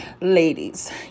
Ladies